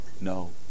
no